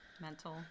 mental